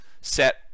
set